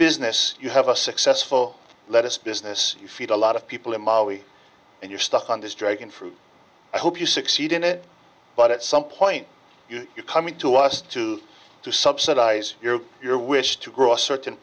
business you have a successful lettuce business you feed a lot of people in mali and you're stuck on this dragon fruit i hope you succeed in it but at some point you're coming to us to to subsidize your your wish to grow a certain